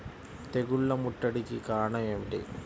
తెగుళ్ల ముట్టడికి కారణం ఏమిటి?